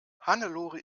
hannelore